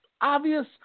obvious